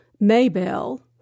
Maybell